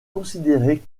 considérée